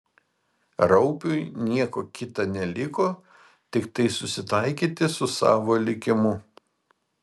raupiui nieko kita neliko tiktai susitaikyti su savo likimu